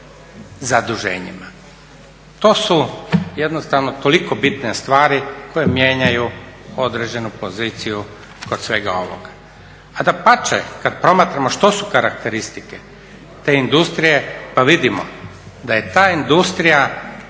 To su jednostavno toliko bitne stvari koje mijenjaju određenu poziciju kod svega ovoga. A dapače kad promatramo što su karakteristike te industrije pa vidimo da je ta industrija